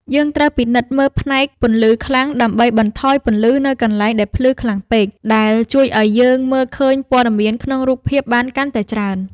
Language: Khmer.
យើងត្រូវពិនិត្យមើលផ្នែក ពន្លឺខ្លាំង ដើម្បីបន្ថយពន្លឺនៅកន្លែងដែលភ្លឺខ្លាំងពេក ដែលជួយឱ្យយើងមើលឃើញព័ត៌មានក្នុងរូបភាពបានកាន់តែច្រើន។